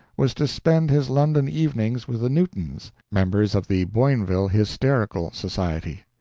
was to spend his london evenings with the newtons members of the boinville hysterical society.